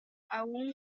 aún